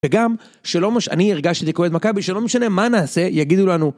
וגם, שלא משנה, אני הרגשתי את זה כאוהד מכבי, שלא משנה מה נעשה, יגידו לנו